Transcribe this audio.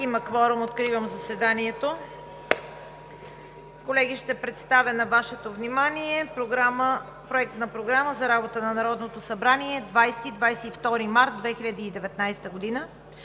Има кворум. (Звъни.) Откривам заседанието. Колеги, ще представя на Вашето внимание Проект на програма за работа на Народното събрание, 20 – 22 март 2019 г.